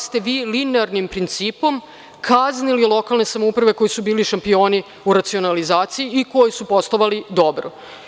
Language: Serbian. Vi ste linearnim principom kaznili lokalne samouprave koje su bile lokalni šampioni u racionalizaciji i koje su poslovale dobro.